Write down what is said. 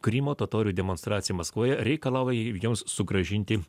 krymo totorių demonstracija maskvoje reikalauji joms sugrąžinti